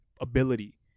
ability